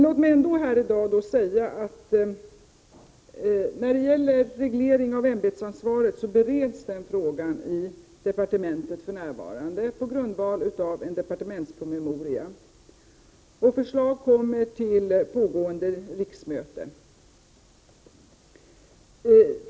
Låt mig ändå här säga att frågan om reglering av ämbetsmannaansvaret bereds för närvarande i departementet på grundval av en departementspromemoria. Förslag kommer under pågående riksmöte.